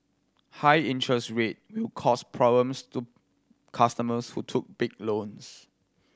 high interest rate will cause problems to customers who took big loans